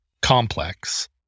complex